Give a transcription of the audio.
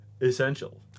Essential